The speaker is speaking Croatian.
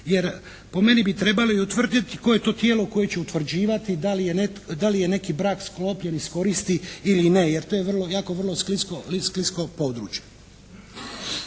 Jer po meni bi trebali utvrditi i koje je to tijelo koje će utvrđivati da li je neki brak sklopljen iz koristi ili ne. Jer to je jako vrlo sklisko područje.